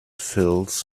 fills